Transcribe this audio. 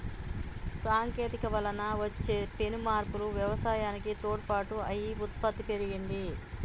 సాంకేతికత వలన వచ్చే పెను మార్పులు వ్యవసాయానికి తోడ్పాటు అయి ఉత్పత్తి పెరిగింది